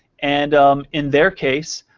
and in their case,